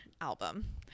album